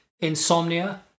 insomnia